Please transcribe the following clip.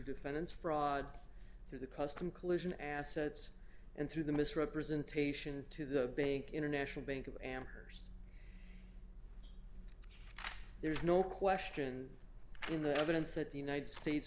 through the custom collusion assets and through the misrepresentation to the bank international bank of am hers there is no question in the evidence that the united states